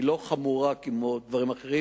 היא לא חמורה כמו דברים אחרים,